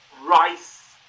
Rice